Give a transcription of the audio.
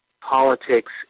politics